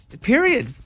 Period